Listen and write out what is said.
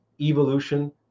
evolution